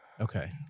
Okay